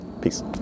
Peace